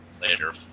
later